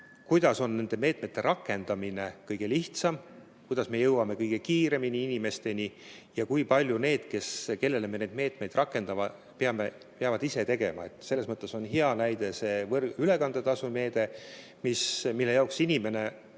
kuidas on nende meetmete rakendamine kõige lihtsam, kuidas me jõuame kõige kiiremini inimesteni ja kui palju need, kellele me neid meetmeid rakendame, peaksid ise tegema. Selles mõttes on see ülekandetasumeede hea näide: